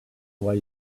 why